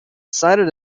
cited